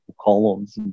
columns